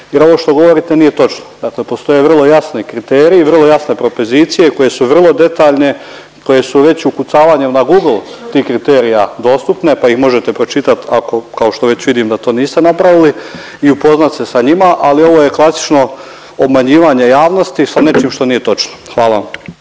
jer ovo što govorite nije točno. Dakle postoje vrlo jasni kriteriji, vrlo jasne propozicije, koje su vrlo detaljne, koje su već ukucavanjem na Google tih kriterija dostupne pa ih možete pročitati ako, kao što već vidim da to niste napravili i upoznat se sa njima, ali ovo je klasično obmanjivanje javnosti sa nečim što nije točno. Hvala